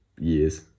years